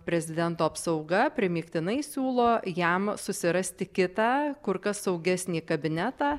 prezidento apsauga primygtinai siūlo jam susirasti kitą kur kas saugesnį kabinetą